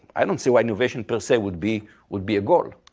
i don't see why innovation per se would be would be a goal.